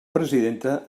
presidenta